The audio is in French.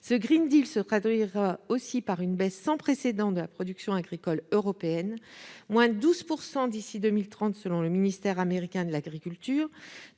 ! Ce se traduira aussi par une baisse sans précédent de la production agricole européenne : de 12 % d'ici à 2030 selon le ministère américain de l'agriculture